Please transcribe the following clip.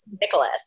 Nicholas